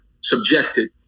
subjected